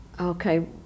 Okay